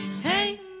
Hey